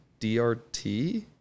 DRT